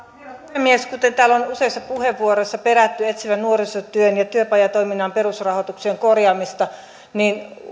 puhemies kuten täällä on useissa puheenvuoroissa perätty etsivän nuorisotyön ja työpajatoiminnan perusrahoituksen korjaamista niin